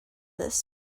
this